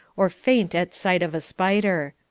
or faint at sight of a spider.